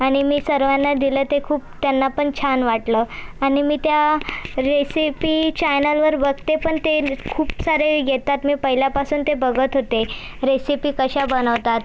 आणि मी सर्वांना दिलं ते खूप त्यांना पण छान वाटलं आणि मी त्या रेसिपी चॅनलवर बघते पण ते खूप सारे येतात मी पहिल्यापासून ते बघत होते रेसिपी कशा बनवतात